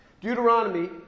Deuteronomy